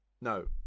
No